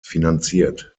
finanziert